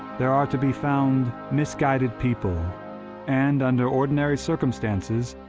there are to be found misguided people and, under ordinary circumstances,